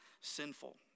sinful